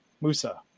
Musa